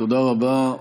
תודה רבה.